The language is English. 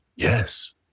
Yes